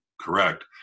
correct